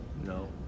No